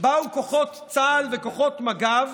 באו כוחות צה"ל וכוחות מג"ב